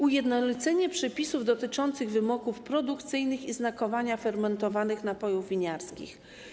Ujednolicono przepisy dotyczące wymogów produkcyjnych i znakowania fermentowanych napojów winiarskich.